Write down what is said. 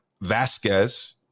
vasquez